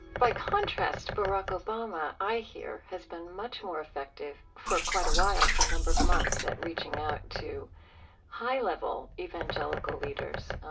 by contrast, barack obama, i hear, has been much more effective for quite a while, for a number of months, at reaching out to high-level evangelical leaders,